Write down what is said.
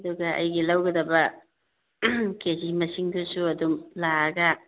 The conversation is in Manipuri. ꯑꯗꯨꯒ ꯑꯩꯒꯤ ꯂꯧꯒꯗꯕ ꯀꯦ ꯖꯤ ꯃꯁꯤꯡꯗꯨꯁꯨ ꯑꯗꯨꯝ ꯂꯥꯛꯑꯒ